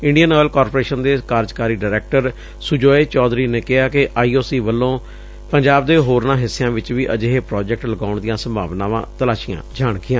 Indian Oil Corporation ਦੇ ਕਾਰਜਕਾਰੀ director Sujoy Chaudhary ਨੇ ਕਿਹਾ ਕਿ ਆਈਓਸੀ ਵਲੋ ਪੰਜਾਬ ਦੇ ਹੋਰਨਾਂ ਹਿੱਸਿਆਂ ਵਿਚ ਵੀ ਅਜਿਹੇ ਪੂਾਜੈਕਟ ਲਗਾਉਣ ਦੀਆਂ ਸੰਭਾਵਨਾਵਾਂ ਤਲਾਸੀਆਂ ਜਾਣਗੀਆਂ